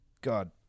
God